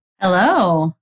Hello